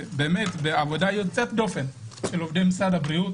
בעבודה יוצאת דופן של עובדי משרד הבריאות